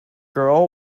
girl